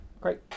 Great